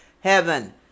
heaven